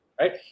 right